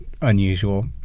unusual